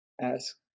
ask